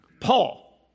Paul